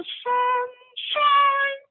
sunshine